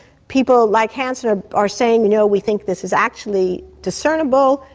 people like hansen are are saying you know we think this is actually discernible,